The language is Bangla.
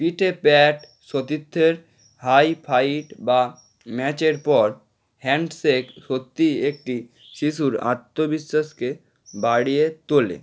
পিঠে প্যাট সতীর্থের হাই ফাইভ বা ম্যাচের পর হ্যান্ডশেক সত্যিই একটি শিশুর আত্মবিশ্বাসকে বাড়িয়ে তোলে